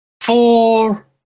four